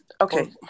okay